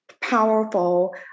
powerful